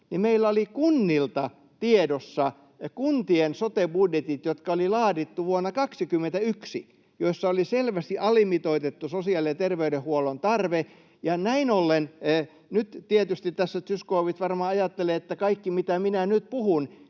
meillä oli kunnilta tiedossa kuntien sote-budjetit, jotka oli laadittu vuonna 21 ja joissa oli selvästi alimitoitettu sosiaali- ja terveydenhuollon tarve. — Nyt tietysti tässä Zyskowicz varmaan ajattelee, että kaikki, mitä minä nyt puhun,